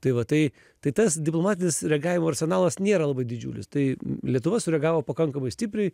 tai va tai tai tas diplomatinis reagavimo arsenalas nėra labai didžiulis tai lietuva sureagavo pakankamai stipriai